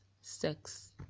sex